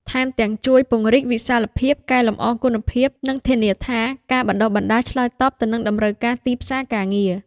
ថែមទាំងជួយពង្រីកវិសាលភាព កែលម្អគុណភាព និងធានាថាការបណ្តុះបណ្តាលឆ្លើយតបទៅនឹងតម្រូវការទីផ្សារការងារ។